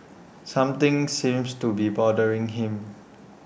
something seems to be bothering him